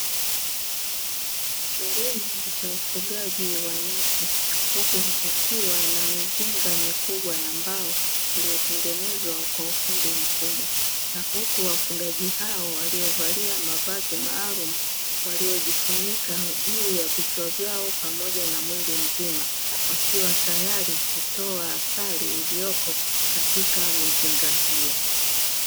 Kilimo cha ufugaji wa nyuki huku kukiwa na mizinga mikubwa ya mbao; iliyotengenezwa kwa ufundi mkubwa, na huku wafugaji hao waliovalia mavazi maalumu, waliojifunika juu ya vichwa vyao pamoja na mwili mzima; wakiwa tayari kutoa asali iliyoko katika mizinga hiyo.